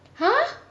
!huh!